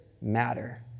matter